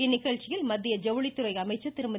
இந்நிகழ்ச்சியில் மத்திய ஜவுளித்துறை அமைச்சர் திருமதி